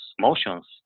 motions